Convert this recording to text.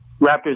Raptors